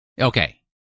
Okay